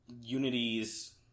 unity's